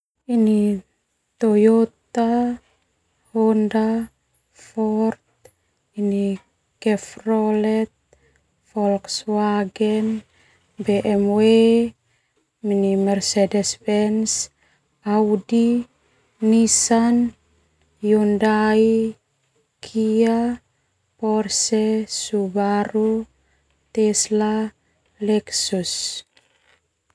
Ini Toyota, Honda, Fort, ini Gefrolet, Volkswagen, BMW, Mercedes Benz, Audi, Nissan, Hyundai, KIA, Porsche, Subaru, Tesla, Lexus.